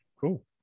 Cool